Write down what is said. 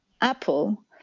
apple